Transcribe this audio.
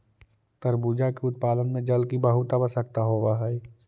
तरबूजा के उत्पादन में जल की बहुत आवश्यकता होवअ हई